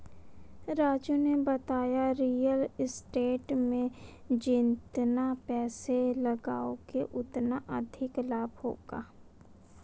राजू ने बताया real estate में जितना पैसे लगाओगे उतना अधिक लाभ होगा